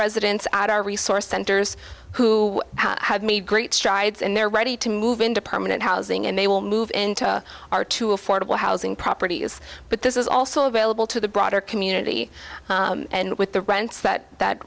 residents at our resource centers who have made great strides and they're ready to move into permanent housing and they will move into our two affordable housing properties but this is also available to the broader community and with the rents that that